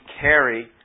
carry